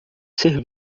ser